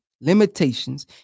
limitations